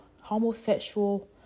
homosexual